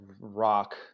rock